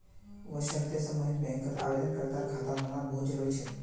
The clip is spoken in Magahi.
वशर्ते सम्बन्धित बैंकत आवेदनकर्तार खाता होना बहु त जरूरी छेक